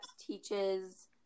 teaches